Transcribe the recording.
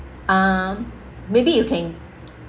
um maybe you can